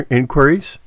inquiries